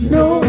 no